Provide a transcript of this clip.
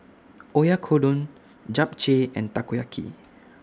Oyakodon Japchae and Takoyaki